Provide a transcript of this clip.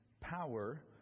power